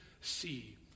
see